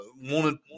wanted